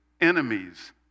enemies